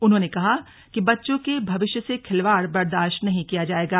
उन्होंने कहा कि बच्चों के भविष्य से खिलवाड़ बर्दाश्त नहीं किया जायेगा